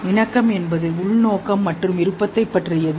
இணக்கம் என்பது உள்நோக்கம் மற்றும் விருப்பத்தைப் பற்றியது